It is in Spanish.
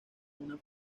una